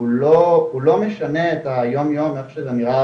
הוא לא משנה את היום יום איך שזה נראה